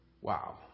wow